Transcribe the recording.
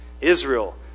Israel